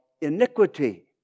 iniquity